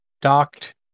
docked